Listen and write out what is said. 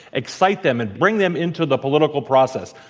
excite them and bring them into the political process.